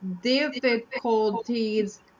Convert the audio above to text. difficulties